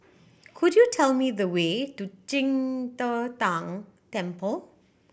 could you tell me the way to Qing De Tang Temple